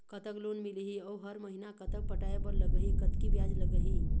कतक लोन मिलही अऊ हर महीना कतक पटाए बर लगही, कतकी ब्याज लगही?